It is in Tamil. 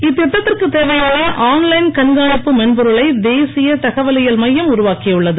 இத்திட்டத்திற்குத் தேவையான ஆன் லைன் கண்காணிப்பு மென்பொருளை தேசிய தகவலியல் மையம் உருவாக்கியுள்ளது